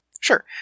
Sure